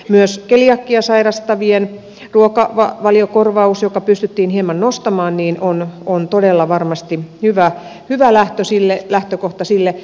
myös keliakiaa sairastavien ruokavaliokorvaus jota pystyttiin hieman nostamaan on todella varmasti hyvä lähtökohta sille